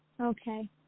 Okay